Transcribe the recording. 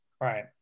Right